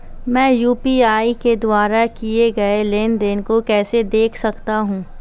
मैं यू.पी.आई के द्वारा किए गए लेनदेन को कैसे देख सकता हूं?